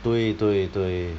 对对对